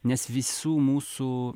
nes visų mūsų